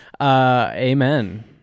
amen